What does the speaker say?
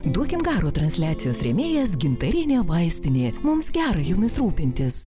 duokim garo transliacijos rėmėjas gintarinė vaistinė mums gera jumis rūpintis